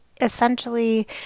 essentially